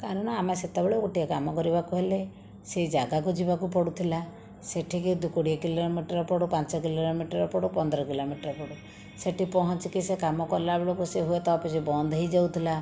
କାରଣ ଆମେ ସେତେବେଳେ ଗୋଟେ କାମ କରିବାକୁ ହେଲେ ସେହି ଜାଗାକୁ ଯିବାକୁ ପଡ଼ୁଥିଲା ସେଠିକି କୋଡ଼ିଏ କିଲୋମିଟର୍ ପଡ଼ୁ ପାଞ୍ଚ କିଲୋମିଟର୍ ପଡ଼ୁ ପନ୍ଦର କିଲୋମିଟର୍ ପଡ଼ୁ ସେଠି ପହଁଞ୍ଚିକି ସେ କାମ କଲା ବେଳକୁ ସେ ହୁଏତ ଅଫିସ୍ ବନ୍ଦ ହେଇଯାଉଥିଲା